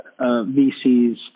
VCs